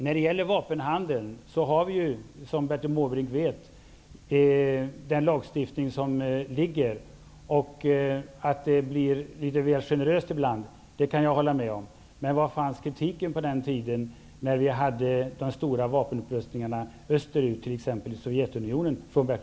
När det gäller vapenhandeln har vi ju, som Bertil Måbrink vet, den lagstiftning som finns. Jag kan hålla med om att det blir litet väl generöst ibland. Men var fanns kritiken från Bertil Måbrink på den tiden när vi hade de stora vapenupprustningarna österut, t.ex.